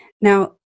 now